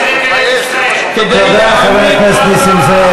ארץ-ישראל, תודה, חבר הכנסת נסים זאב.